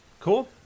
Cool